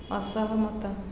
ଅସହମତ